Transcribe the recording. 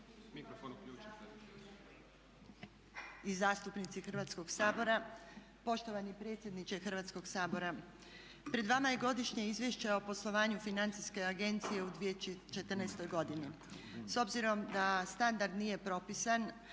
i zastupnici Hrvatskog sabora, poštovani predsjedniče Hrvatskog sabora. Pred vama je Godišnje izvješće o poslovanju Financijske agencije u 2014. godini. S obzirom da standard nije propisan